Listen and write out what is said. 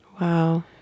Wow